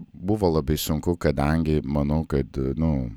buvo labai sunku kadangi manau kad nu